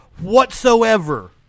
whatsoever